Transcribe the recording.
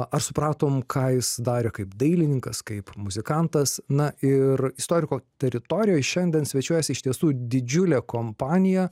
ar supratom ką jis darė kaip dailininkas kaip muzikantas na ir istoriko teritorijoj šiandien svečiuojasi iš tiesų didžiulė kompanija